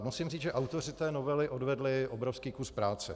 Musím říci, že autoři novely odvedli obrovský kus práce.